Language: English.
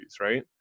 right